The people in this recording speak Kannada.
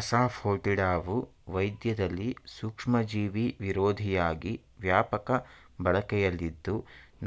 ಅಸಾಫೋಟಿಡಾವು ವೈದ್ಯದಲ್ಲಿ ಸೂಕ್ಷ್ಮಜೀವಿವಿರೋಧಿಯಾಗಿ ವ್ಯಾಪಕ ಬಳಕೆಯಲ್ಲಿದ್ದು